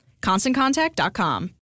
ConstantContact.com